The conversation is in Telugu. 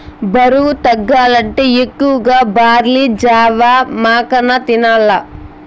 బరువు తగ్గాలంటే ఎక్కువగా బార్లీ జావ, మకాన తినాల్ల